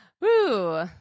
Woo